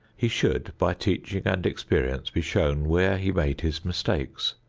he should by teaching and experience be shown where he made his mistakes,